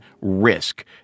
RISK